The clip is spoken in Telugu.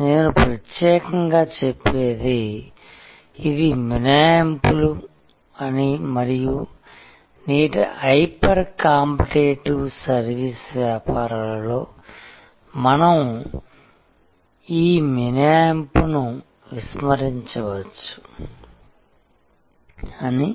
నేను ప్రత్యేకంగా చెప్పేది ఇవి మినహాయింపులు అని మరియు నేటి హైపర్ కాంపిటీటివ్ సర్వీస్ వ్యాపారాలలో మనం ఈ మినహాయింపును విస్మరించవచ్చు అని